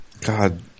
God